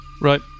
Right